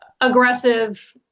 aggressive